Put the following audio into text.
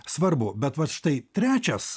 svarbu bet vat štai trečias